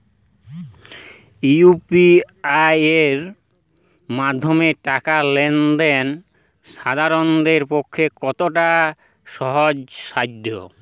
UPI এর মাধ্যমে টাকা লেন দেন সাধারনদের পক্ষে কতটা সহজসাধ্য?